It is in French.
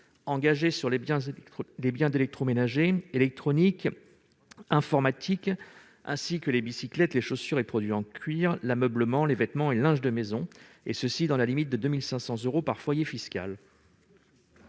engagées sur les biens électroménagers, électroniques, informatiques, ainsi que sur les bicyclettes, les chaussures et produits en cuir, l'ameublement, les vêtements et le linge de maison, et ce dans la limite de 2 500 euros par foyer fiscal.